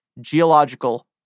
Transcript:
Geological